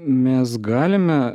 mes galime